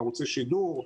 ערוצי שידור,